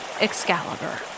Excalibur